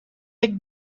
big